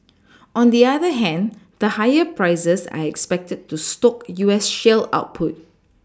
on the other hand the higher prices are expected to stoke U S shale output